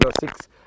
six